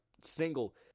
Single